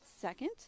second